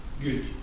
good